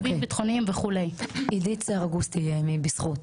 עדית סרגוסטי מארגון בזכות.